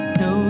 no